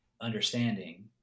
understanding